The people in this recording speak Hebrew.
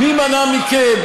מי מנע מכם,